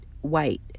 white